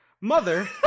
Mother